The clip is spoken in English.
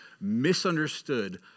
misunderstood